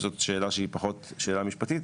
זו שאלה שהיא פחות שאלה משפטית,